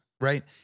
right